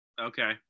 Okay